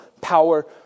power